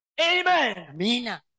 Amen